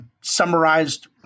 summarized